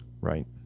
right